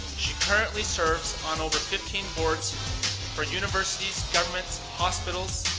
she currently serves on over fifteen boards for universities, governments, hospitals,